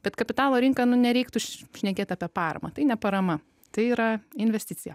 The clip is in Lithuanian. bet kapitalo rinka nu nereiktų š šnekėt apie paramą tai ne parama tai yra investicija